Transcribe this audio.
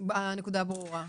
הנקודה ברורה.